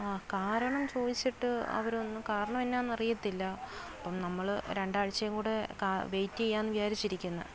ആ കാരണം ചോദിച്ചിട്ട് അവർ ഒന്നും കാരണം എന്നാ എന്നറിയില്ല അപ്പം നമ്മൾ രണ്ട് ആഴ്ച്ചയും കൂടെ ക വെയിറ്റ് ചെയ്യാമെന്ന് വിചാരിച്ച് ഇരിക്കുന്നു